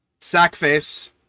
Sackface